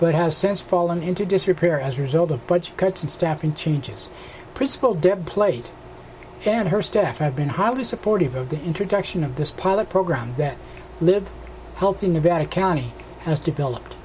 good has since fallen into disrepair as a result of budget cuts and staffing changes preschool dept plate and her staff have been highly supportive of the introduction of this pilot program that live healthy nevada county has developed